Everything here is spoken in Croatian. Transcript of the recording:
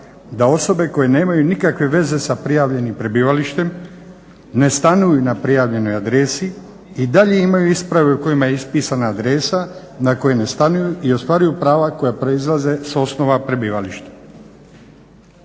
da osobe koje nemaju nikakve veze s prijavljenim prebivalištem ne stanuju na prijavljenoj adresi i dalje imaju isprave u kojima je ispisana adresa na kojoj ne stanuju i ostvaruju p rava koja proizlaze s osnova prebivališta.